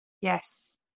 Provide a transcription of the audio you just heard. Yes